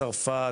מצרפת,